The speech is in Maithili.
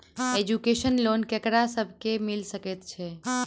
एजुकेशन लोन ककरा सब केँ मिल सकैत छै?